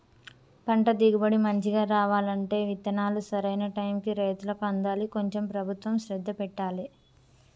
పంట దిగుబడి మంచిగా రావాలంటే విత్తనాలు సరైన టైముకు రైతులకు అందాలి కొంచెం ప్రభుత్వం శ్రద్ధ పెట్టాలె